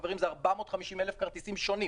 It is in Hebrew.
חברים, זה 450,000 כרטיסים שונים.